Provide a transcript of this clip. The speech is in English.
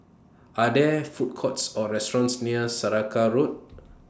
Are There Food Courts Or restaurants near Saraca Road